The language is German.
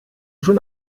schon